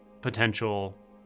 potential